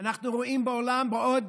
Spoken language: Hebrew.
בעוד